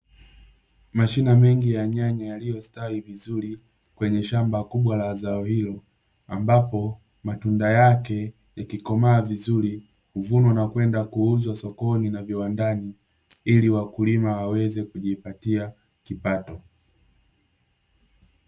Mashina mengi ya nyanya yaliyostawi vizuri kwenye shamba kubwa la zao hilo, ambapo matunda yake ya kikomaa vizuri huvunwa nakwenda kuuzwa sokoni na viwandani, ili wakulima waweze kujipatia kipato.